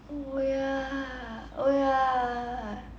oh ya oh ya